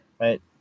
right